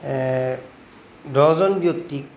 দহজন ব্যক্তিক